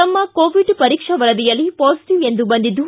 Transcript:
ತಮ್ನ ಕೋವಿಡ್ ಪರೀಕ್ಷಾ ವರದಿಯಲ್ಲಿ ಪಾಸಿಟವ್ ಎಂದು ಬಂದಿದ್ದು